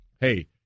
hey